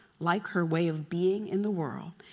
like her way of being in the world,